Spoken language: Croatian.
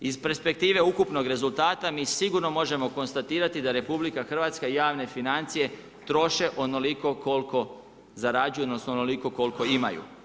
Iz perspektive ukupnog rezultata mi sigurno možemo konstatirati da RH i javne financije troše onoliko koliko zarađuju, odnosno onoliko koliko imaju.